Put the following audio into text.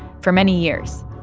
for many years.